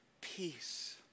peace